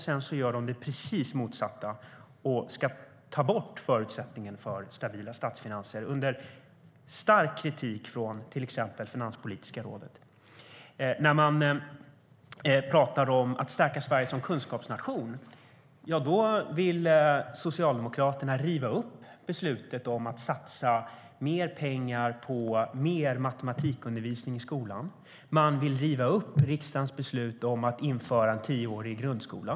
Sedan gör de det precis motsatta. De ska ta bort förutsättningen för stabila statsfinanser, under stark kritik från till exempel Finanspolitiska rådet. Socialdemokraterna pratar om att stärka Sverige som kunskapsnation, men de vill riva upp beslutet om att satsa mer pengar på mer matematikundervisning i skolan och riva upp riksdagens beslut om att införa en tioårig grundskola.